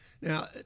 Now